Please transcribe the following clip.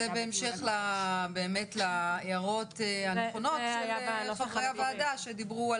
זה בהמשך להערות הנכונות של חברי הוועדה שדיברו על